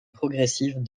progressive